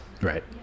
Right